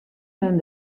men